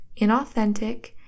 inauthentic